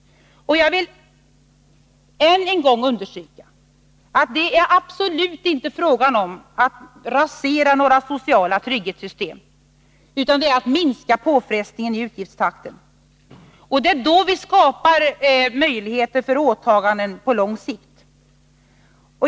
Jag vill än en gång understryka att det absolut inte är fråga om att rasera några sociala trygghetssystem, utan att det gäller att minska takten i utgiftsökningen. Det är då vi skapar möjligheter för åtaganden på lång sikt.